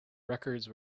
records